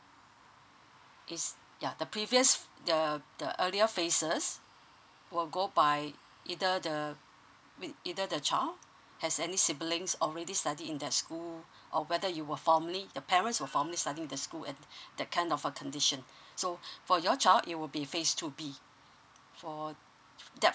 is yup the previous the uh the earlier phases will go by either the with either the child as any siblings already study in that school or whether you were formerly the parents were formerly studied in the school and that kind of a condition so for your child it would be phase two B for that